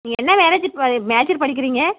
நீங்கள் என்ன மேரேஜிட் மேஜர் படிக்கிறீங்க